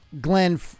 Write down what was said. Glenn